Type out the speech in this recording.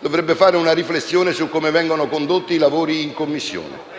dovrebbe fare una riflessione su come vengono condotti i lavori in Commissione.